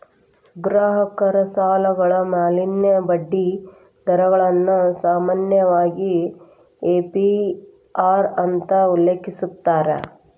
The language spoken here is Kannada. ಗ್ರಾಹಕ ಸಾಲಗಳ ಮ್ಯಾಲಿನ ಬಡ್ಡಿ ದರಗಳನ್ನ ಸಾಮಾನ್ಯವಾಗಿ ಎ.ಪಿ.ಅರ್ ಅಂತ ಉಲ್ಲೇಖಿಸ್ಯಾರ